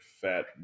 fat